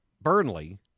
Burnley